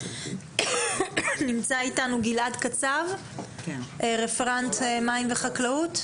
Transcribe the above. נמצא איתנו גלעד קצב, רפרנט מים וחקלאות.